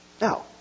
Now